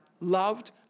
loved